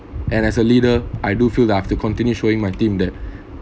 and as a leader I do feel that I have to continue showing my team that